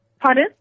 Pardon